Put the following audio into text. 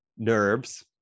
nerves